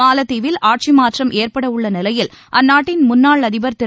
மாலத்தீவில் ஆட்சிமாற்றம் ஏற்படவுள்ளநிலையில் அந்நாட்டின் முன்னாள் அதிபர் திரு